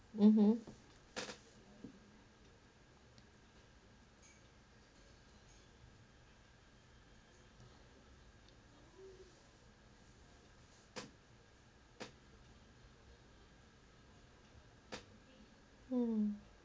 mmhmm mm